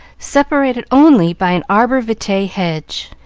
separated only by an arbor-vitae hedge.